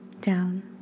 down